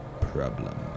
problem